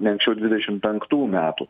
ne anksčiau dvidešim penktų metų